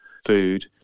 food